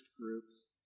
groups